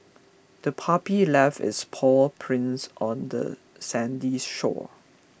the puppy left its paw prints on the sandy shore